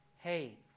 Hey